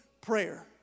prayer